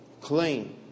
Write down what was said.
claim